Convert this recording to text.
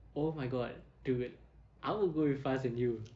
oh my god dude I will go with faz and you